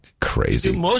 Crazy